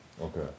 Okay